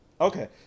Okay